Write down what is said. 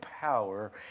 power